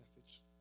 message